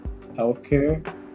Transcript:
healthcare